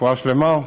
רפואה שלמה.